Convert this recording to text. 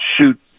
shoot